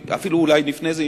אפילו אולי לפני זה,